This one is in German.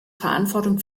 verantwortung